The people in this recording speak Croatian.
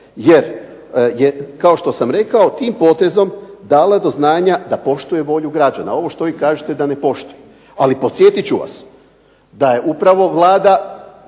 jer je kao što sam rekao tim potezom dala do znanja da poštuje volju građana, ovo što vi kažete da ne poštuje. Ali podsjetit ću vas da je upravo Vlada,